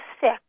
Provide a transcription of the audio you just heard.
sick